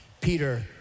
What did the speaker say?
Peter